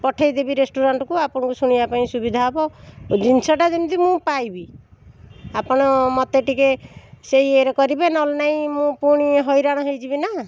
ପଠେଇ ଦେବି ରେଷ୍ଟୁରାଣ୍ଟକୁ ଆପଣଙ୍କୁ ଶୁଣିବାକୁ ସୁବିଧା ହେବ ଜିନିଷଟା ଯେମିତି ମୁଁ ପାଇବି ଆପଣ ମୋତେ ଟିକିଏ ସେଇ ଇଏରେ କରିବେ ନହେଲେ ନାଇଁ ମୁଁ ପୁଣି ହଇରାଣ ହେଇଯିବିନା